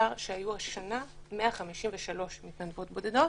משרד העלייה והקליטה מסר שהיו השנה 153 מתנדבות בודדות,